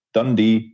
Dundee